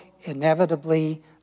inevitably